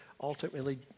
ultimately